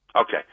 Okay